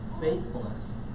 faithfulness